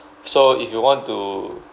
so if you want to